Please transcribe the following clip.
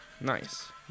nice